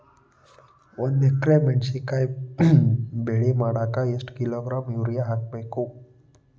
ಒಂದ್ ಎಕರೆ ಮೆಣಸಿನಕಾಯಿ ಬೆಳಿ ಮಾಡಾಕ ಎಷ್ಟ ಕಿಲೋಗ್ರಾಂ ಯೂರಿಯಾ ಹಾಕ್ಬೇಕು?